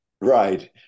Right